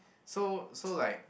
so so like